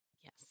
Yes